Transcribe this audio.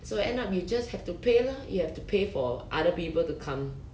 so end up you just have to pay lah you have to pay for other people to come